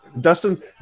Dustin